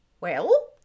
Well